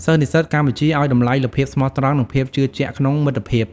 សិស្សនិស្សិតកម្ពុជាឲ្យតម្លៃលើភាពស្មោះត្រង់ និងភាពជឿជាក់ក្នុងមិត្តភាព។